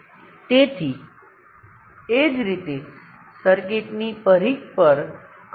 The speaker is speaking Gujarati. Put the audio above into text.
તેથી આ બધું હવે એક નોડ છે કારણ કે તમે વાયર લીધો છે અને તે બધાંને ભેગા કર્યા છે